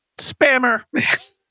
spammer